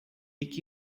aqui